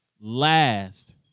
last